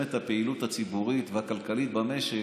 מצמצמת את הפעילות הציבורית והכלכלית במשק